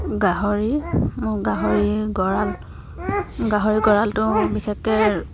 গাহৰি মোৰ গাহৰি গঁৰাল গাহৰি গঁৰালটো বিশেষকৈ